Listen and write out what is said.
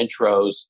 intros